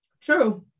True